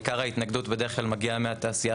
עיקר ההתנגדות בדרך כלל מגיעה מהתעשייה